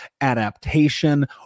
adaptation